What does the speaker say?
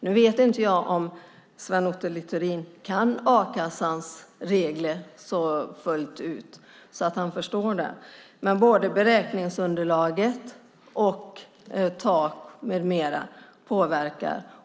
Nu vet inte jag om Sven Otto Littorin kan a-kassans regler fullt ut och förstår detta. Men både beräkningsunderlaget och taket med mera påverkar.